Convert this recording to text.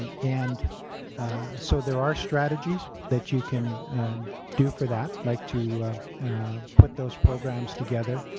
um and so there are strategies that you can and do for that. like to put those programs together.